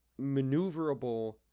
maneuverable